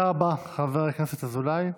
תודה רבה, חבר הכנסת אזולאי.